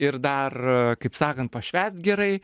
ir dar kaip sakant pašvęst gerai